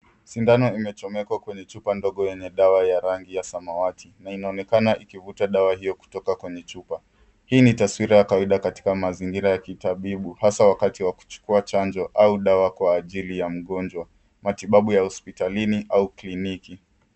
Sindano imechomekwa kwenye chupa ndogo yenye dawa ya rangi ya samawati na inaonekana ikivuta dawa hiyo kutoka kwenye chupa. Hii ni taswira ya kawaida katika mazingira ya kitabibu hasa wakati wa kuchukua chanjo au dawa kwa ajili ya mgonjwa, matibabu ya hospitalini au kliniki.